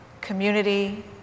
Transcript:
community